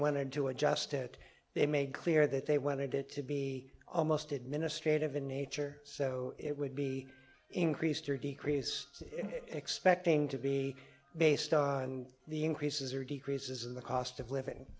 wanted to adjust it they made clear that they when they did to be almost administrative in nature so it would be increased or decreased expecting to be based on the increases or decreases in the cost of living